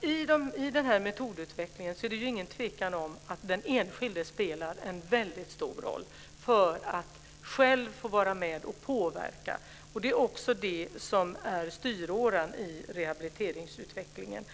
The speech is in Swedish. I fråga om den här metodutvecklingen är det ingen tvekan om att den enskilde spelar en väldigt stor roll. Det handlar om att själv få vara med och påverka. Det är också det som är styråran i rehabiliteringsutvecklingen.